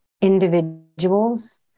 individuals